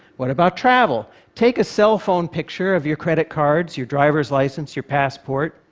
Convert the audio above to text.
what about travel? take a cell phone picture of your credit cards, your driver's license, your passport,